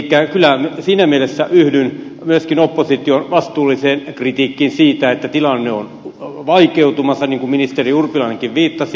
elikkä kyllä siinä mielessä yhdyn myöskin opposition vastuulliseen kritiikkiin siitä että tilanne on vaikeutumassa mihin ministeri urpilainenkin viittasi